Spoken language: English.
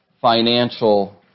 financial